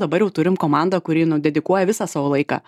dabar jau turim komandą kuri nu dedikuoja visą savo laiką